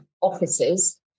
offices